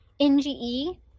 NGE